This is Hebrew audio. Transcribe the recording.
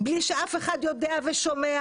בלי שאף אחד יודע ושומע.